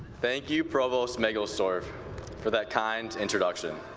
thank you provost mangelsdorf for that kind introduction.